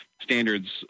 standards